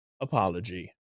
apology